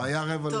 והיה 13:45 ---.